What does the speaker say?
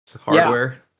hardware